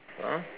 !huh!